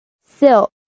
Silk